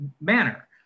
manner